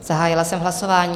Zahájila jsem hlasování.